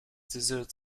dessert